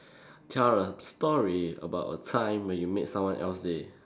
tell a story about a time where you made someone else's day